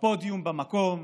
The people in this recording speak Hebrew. הפודיום במקום,